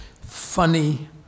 funny